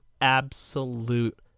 absolute